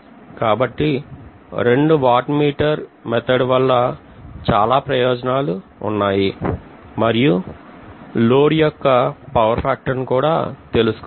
కాబట్టి 2 watt meter పద్ధతి వల్ల చాల ప్రయోజనాలు ఉన్నాయి మరియు లోడ్ యొక్క పవర్ ఫాక్టర్ ను కూడా తెలుసుకోవచ్చు